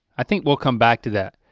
i think we'll come back to that.